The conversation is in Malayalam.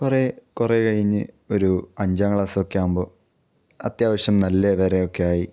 കുറെ കുറേ കഴിഞ്ഞ് ഒരു അഞ്ചാം ക്ലാസൊക്കെ ആകുമ്പോൾ അത്യാവശ്യം നല്ല വര ഒക്കെ ആയി